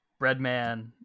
Breadman